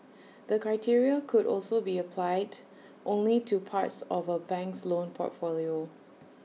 the criteria could also be applied only to parts of A bank's loan portfolio